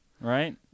right